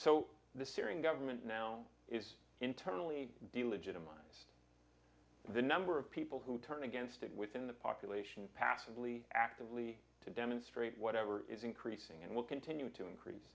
so the syrian government now is internally diligent in minds the number of people who turn against it within the population passably actively to demonstrate whatever is increasing and will continue to increase